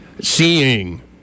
seeing